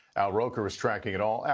al roker is tracking it all. al,